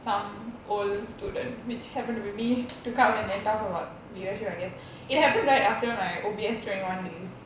some old student which happened to be me to come and then talk about leadership I guess it happened right after my O_B_S training one days